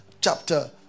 chapter